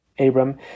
Abram